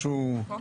אני מראה